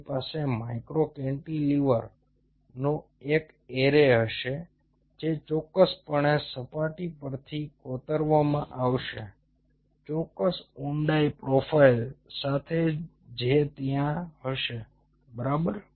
તમારી પાસે માઇક્રો કેન્ટિલીવરનો એક એરે હશે જે ચોક્કસપણે સપાટી પરથી કોતરવામાં આવશે ચોક્કસ ઊંડાઈ પ્રોફાઇલ સાથે જે ત્યાં હશે બરાબર